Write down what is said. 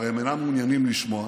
והרי הם אינם מעוניינים לשמוע,